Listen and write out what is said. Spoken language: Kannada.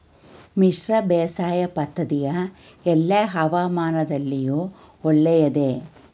ಮಿಶ್ರ ಬೇಸಾಯ ಪದ್ದತಿಯು ಎಲ್ಲಾ ಹವಾಮಾನದಲ್ಲಿಯೂ ಒಳ್ಳೆಯದೇ?